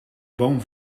boom